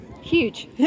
huge